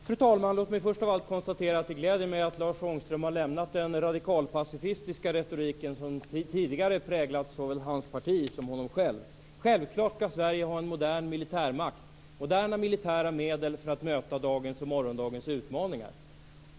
Fru talman! Låt mig först av allt konstatera att det gläder mig att Lars Ångström har lämnat den radikalpacifistiska retoriken som tidigare präglat såväl hans parti som honom själv. Självklart skall Sverige ha en modern militärmakt och moderna militära medel för att möta dagens och morgondagens utmaningar.